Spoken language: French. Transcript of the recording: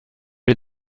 les